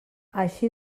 així